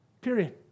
Period